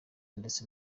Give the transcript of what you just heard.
ndetse